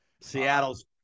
seattle's